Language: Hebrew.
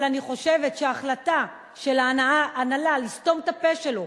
אבל אני חושבת שההחלטה של ההנהלה לסתום את הפה שלו